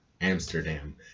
Amsterdam